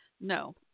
No